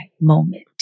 moment